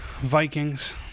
Vikings